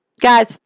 Guys